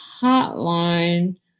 Hotline